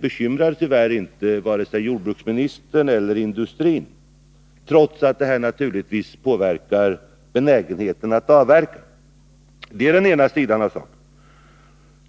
bekymrar tyvärr inte vare sig jordbruksministern eller industrin, trots att prisförhållandena naturligtvis påverkar benägenheten att avverka. Det är den ena sidan av saken.